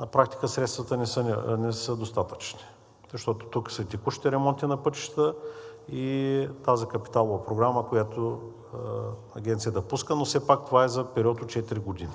на практика средствата не са достатъчни, защото тук са и текущите ремонти на пътищата, и тази капиталова програма, която Агенцията пуска, но все пак това е за период от четири години.